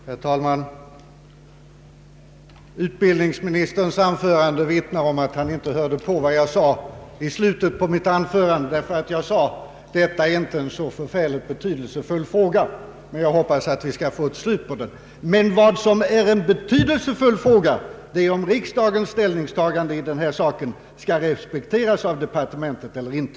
Herr talman! Utbildningsministerns anförande vittnar om att han inte hörde på vad jag sade i slutet av mitt anförande. Jag framhöll nämligen att detta inte är en så förfärligt betydelsefull sak men att jag hoppas att vi skall få den avgjord. Vad som däremot är betydelsefullt är om riksdagens ställningstagande i frågan skall respekteras i departementet eller inte.